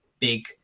Big